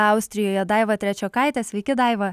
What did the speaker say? austrijoje daiva trečiokaite sveiki daiva